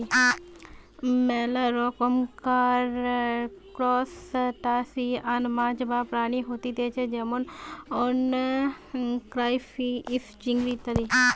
মেলা রকমকার ত্রুসটাসিয়ান মাছ বা প্রাণী হতিছে যেমন ক্রাইফিষ, চিংড়ি ইত্যাদি